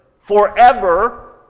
forever